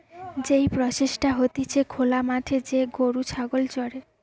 যেই প্রসেসটা হতিছে খোলা মাঠে যে গরু ছাগল চরে